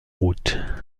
routes